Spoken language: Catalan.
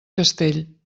castell